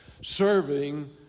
serving